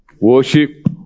worship